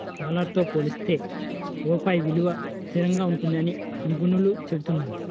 dollar తో పోలిస్తే రూపాయి విలువ స్థిరంగా ఉంటుందని నిపుణులు చెబుతున్నారు